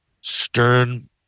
stern